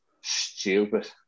stupid